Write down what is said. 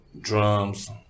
drums